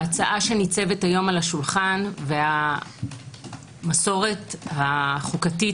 ההצעה שניצבת היום על השולחן והמסורת החוקתית